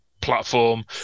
platform